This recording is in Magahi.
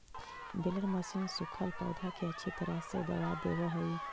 बेलर मशीन सूखल पौधा के अच्छी तरह से दबा देवऽ हई